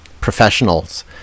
professionals